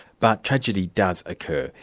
but tragedy does occur.